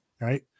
right